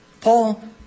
Paul